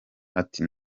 ati